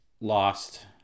lost